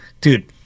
Dude